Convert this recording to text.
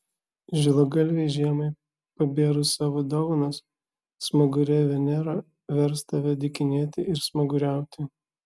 žilagalvei žiemai pabėrus savo dovanas smagurė venera vers tave dykinėti ir smaguriauti